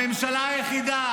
הממשלה היחידה